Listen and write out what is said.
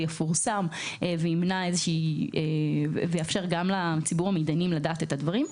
יפורסם ויאפשר גם לציבור המתדיינים לדעת את הדברים.